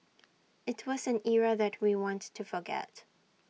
IT was an era that we want to forget